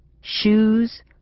Shoes